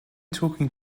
talking